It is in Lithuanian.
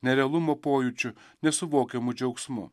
nerealumo pojūčiu nesuvokiamu džiaugsmu